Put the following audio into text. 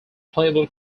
playable